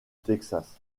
texas